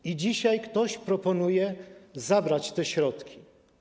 I dzisiaj ktoś proponuje zabrać te środki.